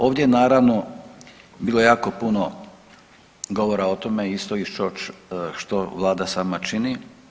Ovdje naravno bilo je jako puno govora o tome isto što vlada sama čini.